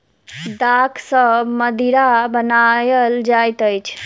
दाख सॅ मदिरा बनायल जाइत अछि